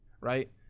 right